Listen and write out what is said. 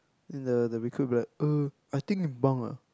then the the recruit will be like err I think bunk ah